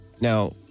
Now